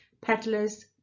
peddlers